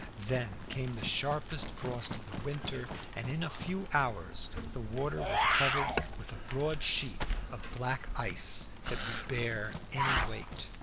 then came the sharpest frost of the winter, and in a few hours the water was covered with a broad sheet of black ice that would bear any weight.